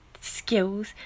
skills